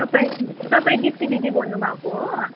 तपाईँ तपाईँ दिप्ती दिदी बोल्नुभएको हो